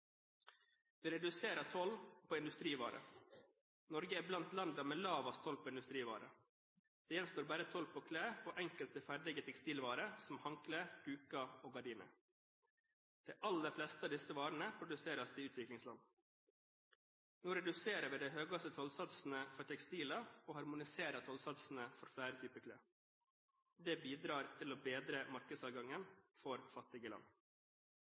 Vi reduserer toll på industrivarer. Norge er blant landene med lavest toll på industrivarer. Det gjenstår bare toll på klær og enkelte ferdige tekstilvarer som håndklær, duker og gardiner. De aller fleste av disse varene produseres i utviklingsland. Nå reduserer vi de høyeste tollsatsene for tekstiler og harmoniserer tollsatsene for flere typer klær. Det bidrar til å bedre markedsadgangen for fattige land.